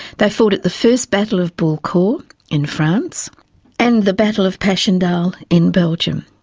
they fought at the first battle of bullecourt in france and the battle of passchendaele in belgium.